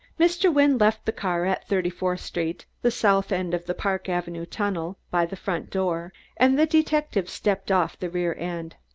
mr. wynne left the car at thirty-fourth street, the south end of the park avenue tunnel, by the front door, and the detective stepped off the rear end.